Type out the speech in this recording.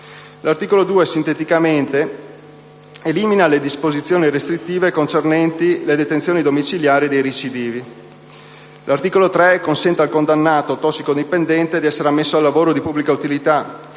L'articolo 2, sinteticamente, elimina le disposizioni restrittive concernenti le detenzioni domiciliari dei recidivi. L'articolo 3 consente al condannato tossicodipendente di essere ammesso al lavoro di pubblica utilità